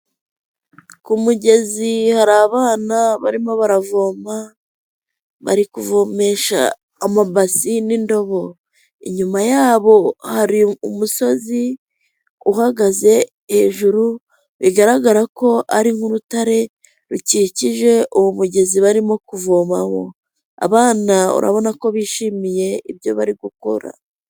Ku mugezi hari abana barimo baravoma, bari kuvomesha amabasi n'indobo. Inyuma yabo hari umusozi uhagaze hejuru bigaragara ko ari nk'urutare rukikije uwo mugezi barimo kuvomaho. Abana urabona ko bishimiye ibyo bari gukora.